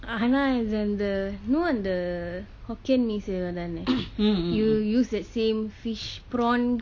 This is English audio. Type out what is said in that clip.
ஆனா இது இந்த:aanaa ithu indtha know அந்த:andtha hokkien mee செய்வதென்ன:seivathenna you use the same fish prawn